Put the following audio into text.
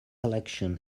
election